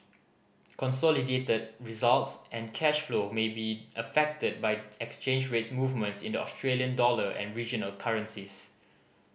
consolidated results and cash flow may be affected by exchange rate movements in the Australian dollar and regional currencies